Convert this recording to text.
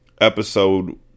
episode